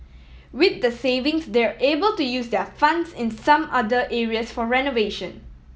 with the savings they're able to use their funds in some other areas for renovation